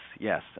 Yes